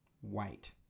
white